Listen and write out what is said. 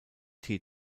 tee